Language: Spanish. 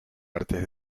artes